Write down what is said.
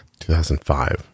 2005